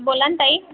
बोला न ताई